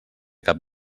cap